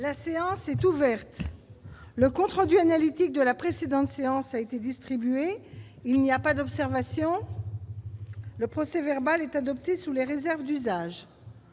La séance est ouverte. Le compte rendu analytique de la précédente séance a été distribué. Il n'y a pas d'observation ?... Le procès-verbal est adopté sous les réserves d'usage.